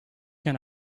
can